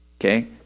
okay